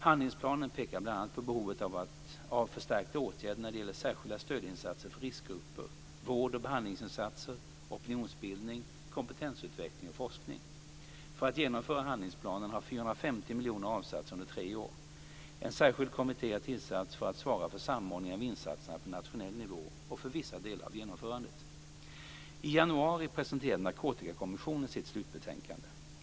Handlingsplanen pekar bl.a. på behovet av förstärkta åtgärder när det gäller särskilda stödinsatser för riskgrupper, vård och behandlingsinsatser, opinionsbildning, kompetensutveckling samt forskning. För att genomföra handlingsplanen har 450 miljoner avsatts under tre år. En särskild kommitté har tillsatts för att svara för samordningen av insatserna på nationell nivå och för vissa delar av genomförandet. I januari presenterade Narkotikakommissionen sitt slutbetänkande.